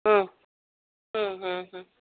ಹ್ಞೂ ಹ್ಞೂ ಹ್ಞೂ ಹ್ಞೂ